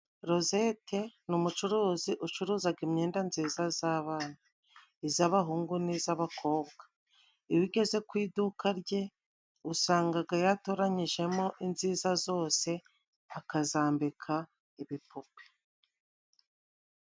Rozete ni umucuruzi ucuruzaga imyenda nziza z'abana, iz'abahungu niz'abakobwa. Iyo ugeze ku iduka rye, usangaga yatoranyijemo inziza zose, akazambika ibipupe.